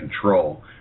control